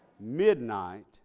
Midnight